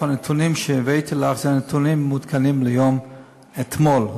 הנתונים שהבאתי לך הם מעודכנים ליום אתמול.